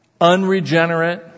unregenerate